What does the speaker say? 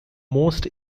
most